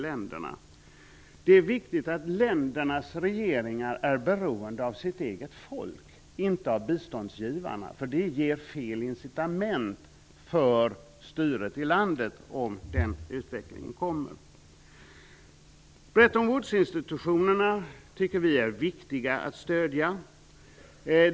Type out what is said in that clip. Ländernas regeringar måste vara beroende av sitt eget folk, och inte av biståndsgivarna. Den utvecklingen ger fel incitament för ledningen i landet. Vi tycker det är viktigt att man stödjer Bretton Woods-institutionerna.